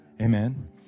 amen